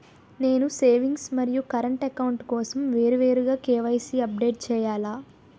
నేను సేవింగ్స్ మరియు current account కోసం వేరువేరుగా కే.వై.సీ అప్డేట్ చేయాలా?